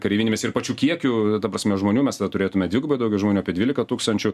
kareivinėmis ir pačiu kiekiu ta prasme žmonių mes tada turėtume dvigubai daugiau žmonių apie dvylika tūkstančių